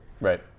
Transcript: Right